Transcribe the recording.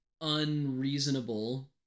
unreasonable